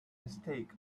mistake